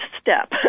step